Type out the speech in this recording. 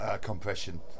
compression